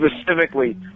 specifically